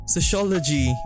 Sociology